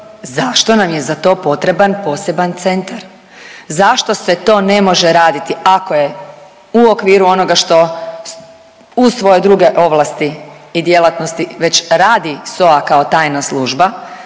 zašto nam je za to potreban poseban centar, zašto se to ne može raditi ako je u okviru onoga što uz svoje druge ovlasti i djelatnosti već radi SOA kao tajna služba.